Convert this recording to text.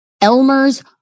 Elmer's